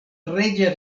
reĝa